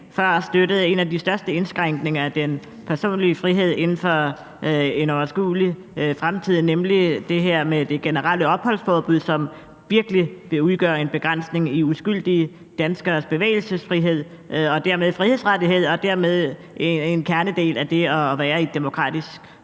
før støttede en af de største indskrænkninger af den personlige frihed inden for en overskuelig fremtid, nemlig det her med det generelle opholdsforbud, som virkelig vil udgøre en begrænsning i uskyldige danskeres bevægelsesfrihed og dermed frihedsrettighed og dermed en kernedel af det at være i et demokratisk